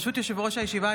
ברשות יושב-ראש הישיבה,